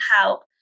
help